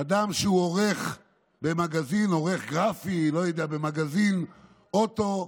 אדם שהוא עורך גרפי במגזין, לא יודע,